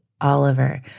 Oliver